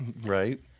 Right